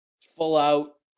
full-out